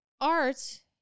art